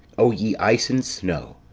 o ye ice and snow,